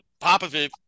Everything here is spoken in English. Popovich